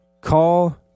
call